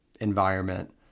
environment